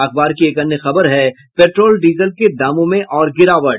अखबार की एक अन्य खबर है पेट्रोल डीजल के दामों में और गिरावट